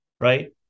right